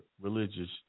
religious